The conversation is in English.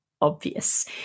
obvious